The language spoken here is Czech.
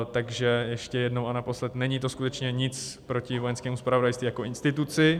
Takže ještě jednou a naposled: není to skutečně nic proti Vojenskému zpravodajství jako instituci.